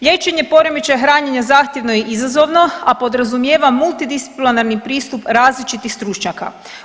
Liječenje poremećaja hranjenja zahtjevno je i izazovno, a podrazumijeva multidisciplinaran pristup različitih stručnjaka.